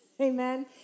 Amen